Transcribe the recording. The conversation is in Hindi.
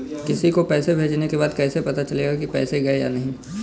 किसी को पैसे भेजने के बाद कैसे पता चलेगा कि पैसे गए या नहीं?